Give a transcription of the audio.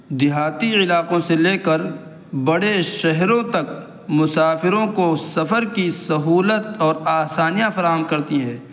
دیہاتی علاقوں سے لے کر بڑے شہروں تک مسافروں کو سفر کی سہولت اور آسانیاں فراہم کرتی ہے